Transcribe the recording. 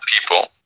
people